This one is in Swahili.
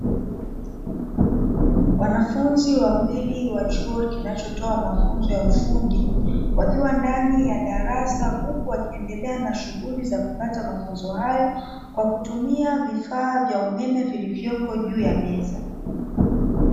Wanafunzi wawili wa chuo kinachotoa masomo ya ufundi wakiwa ndani ya darasa, huku wakiendelea na shughuli za kupata mafunzo hayo kwa kutumia vifaa vya umeme vilivyopo juu ya meza.